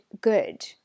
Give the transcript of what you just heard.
good